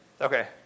Okay